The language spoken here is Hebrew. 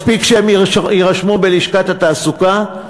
מספיק שהם יירשמו בלשכת התעסוקה,